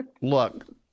look